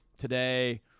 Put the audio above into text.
today